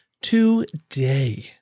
today